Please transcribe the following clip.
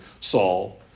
Saul